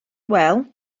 wel